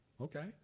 okay